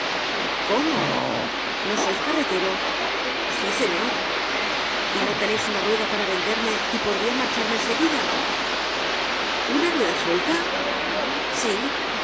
cómo no sois carretero sí señor y no teneis una rueda que venderme y podria marcharme en seguida content from google book search generated at unarueda suelta sí